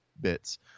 bits